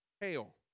Hail